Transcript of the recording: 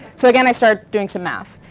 so again, i started doing some math.